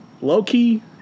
low-key